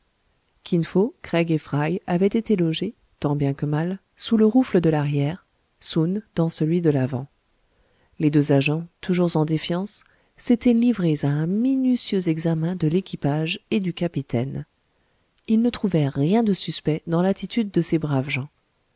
craig et fry avaient été logés tant bien que mal sous le rouffle de l'arrière soun dans celui de l'avant les deux agents toujours en défiance s'étaient livrés à un minutieux examen de l'équipage et du capitaine ils ne trouvèrent rien de suspect dans l'attitude de ces braves gens